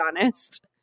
honest